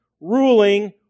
ruling